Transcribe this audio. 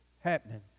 happening